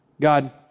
God